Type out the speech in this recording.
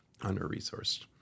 under-resourced